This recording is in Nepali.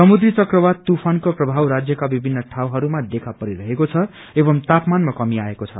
समुन्द्री चकवाती तूफानको प्रभाव राजयका विभिन्न ठाउँहरूमा देखा परि रहेको छ एव तापमानमा कमी आएको छ